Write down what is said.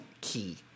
key